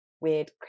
weird